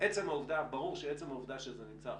שבזמני הקצר בראשות הוועדה הזאת יש מעט דוחות שנתקלתי